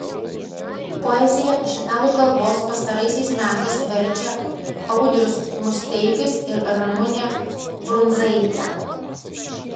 poeziją iš italų kalbos pastaraisiais metais verčia audrius musteikis ir ramunė brundzaitė